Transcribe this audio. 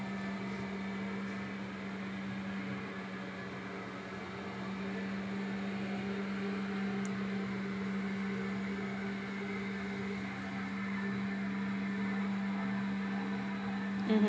mmhmm